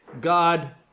God